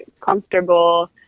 comfortable